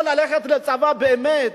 מי שלא יכול ללכת לצבא באמת,